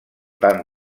tant